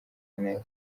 neza